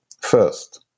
First